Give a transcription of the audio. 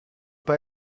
pas